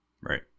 right